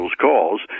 calls